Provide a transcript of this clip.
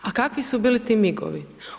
A kakvi su bili ti migovi?